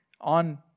on